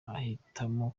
ahitamo